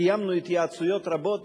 קיימנו התייעצויות רבות,